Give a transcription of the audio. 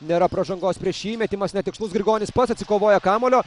nėra pražangos prieš jį metimas netikslus grigonis pats atsikovoja kamuolio